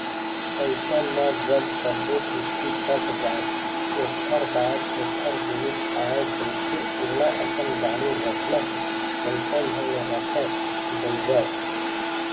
अइसन म जब सब्बो किस्ती पट जाय ओखर बाद ओखर जिनिस आय जइसे ओला अपन गाड़ी ल रखना हे वइसन ढंग ले रखय, बउरय